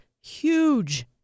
huge